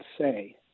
say